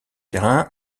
terrain